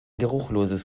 geruchloses